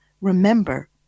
remember